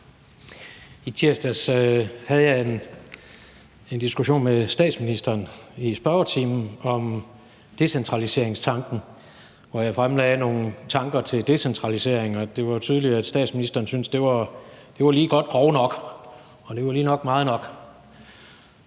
I tirsdags havde jeg en diskussion med statsministeren i spørgetimen om decentraliseringstanken, hvor jeg fremlagde nogle tanker til decentralisering, og det var tydeligt, at statsministeren syntes, det var lige godt grow nok, og det var nok lige meget nok.